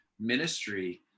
ministry